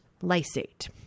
Lysate